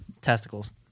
Testicles